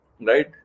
Right